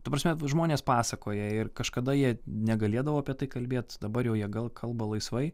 ta prasme žmonės pasakoja ir kažkada jie negalėdavo apie tai kalbėt dabar jau jie gal kalba laisvai